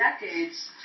decades